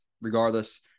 Regardless